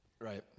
Right